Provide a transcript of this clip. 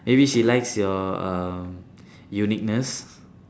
maybe she likes your uh uniqueness